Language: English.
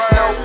no